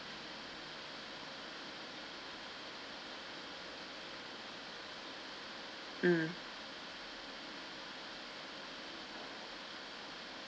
mm